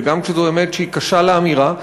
וגם כשזו אמת קשה לאמירה,